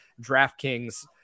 DraftKings